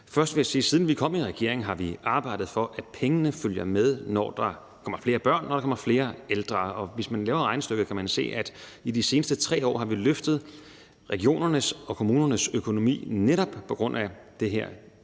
Først vil jeg sige, at siden vi kom i regering, har vi arbejdet for, at pengene følger med, når der kommer flere børn, og når der kommer flere ældre. Og hvis man laver regnestykket, kan man se, at i de seneste 3 år har vi løftet regionernes og kommunernes økonomi netop på grund af den her